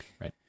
Right